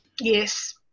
Yes